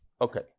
okay